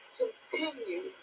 continue